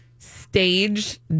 stage